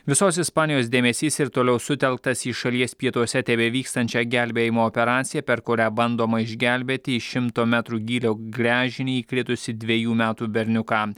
visos ispanijos dėmesys ir toliau sutelktas į šalies pietuose tebevykstančią gelbėjimo operaciją per kurią bandoma išgelbėti į šimto metrų gylio gręžinį įkritusį dvejų metų berniuką